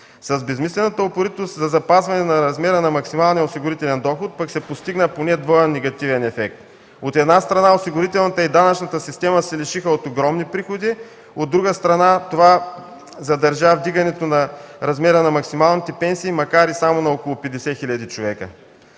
С безсмислената упоритост за запазване на размера на максималния осигурителен доход пък се постигна поне двоен негативен ефект. От една страна, осигурителната и данъчната система се лишиха от огромни приходи, от друга страна, това задържа вдигането на размера на максималните пенсии, макар и само на около 50 хил. човека.